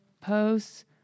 posts